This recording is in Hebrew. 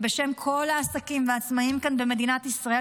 בשם כל העסקים והעצמאים כאן במדינת ישראל,